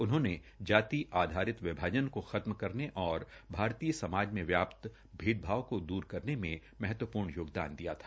उन्होंने जाति आधारित विभाजन को खत्म करने और भारतीय समाज में व्याप्त भेदभाव को दूर करने में महत्वपूर्ण योगदान दिया था